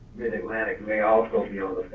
mid atlantic may also be on